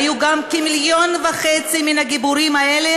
היו גם כמיליון וחצי מן הגיבורים האלה,